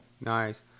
nice